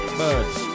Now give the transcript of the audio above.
birds